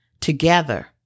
together